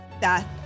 Death